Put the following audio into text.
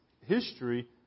history